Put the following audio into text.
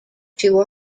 two